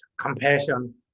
compassion